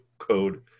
Code